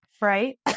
right